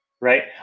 right